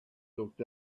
looked